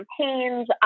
campaigns